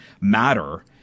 matter